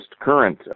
current